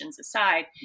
aside